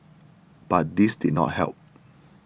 but this did not help